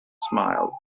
smiled